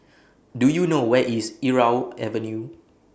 Do YOU know Where IS Irau Avenue